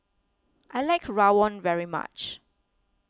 I like Rawon very much